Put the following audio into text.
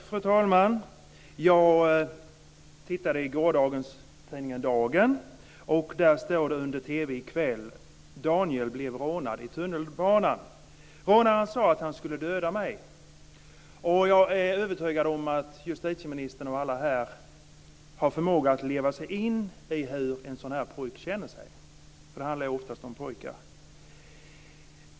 Fru talman! Jag tittade i tidningen Dagen i går, och där står det under TV i kväll: Daniel blev rånad i tunnelbanan. "Rånaren sa att han skulle döda mig." Jag är övertygad om att justitieministern och alla andra här har förmåga att leva sig in i hur en sådan pojke känner sig. Det handlar oftast om pojkar.